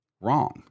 wrong